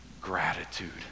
gratitude